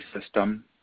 system